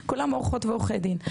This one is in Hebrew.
תודה לעורכות ועורכי הדין,